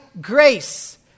grace